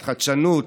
חדשנות,